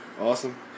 Awesome